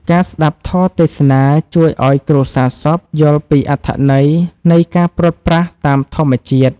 ការស្ដាប់ធម៌ទេសនា ជួយឱ្យគ្រួសារសពយល់ពីអត្ថន័យនៃការព្រាត់ប្រាសតាមធម្មជាតិ។